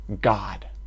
God